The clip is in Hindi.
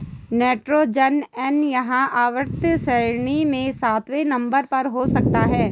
नाइट्रोजन एन यह आवर्त सारणी में सातवें नंबर पर हो सकता है